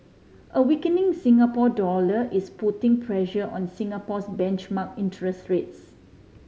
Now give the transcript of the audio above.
a weakening Singapore dollar is putting pressure on Singapore's benchmark interest rates